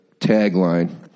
tagline